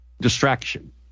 distraction